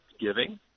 giving